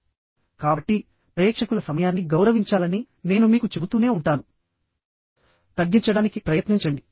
కాబట్టి ప్రేక్షకుల సమయాన్ని గౌరవించాలని నేను మీకు చెబుతూనే ఉంటాను తగ్గించడానికి ప్రయత్నించండి